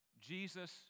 Jesus